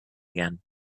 again